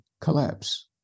collapse